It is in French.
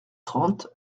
trente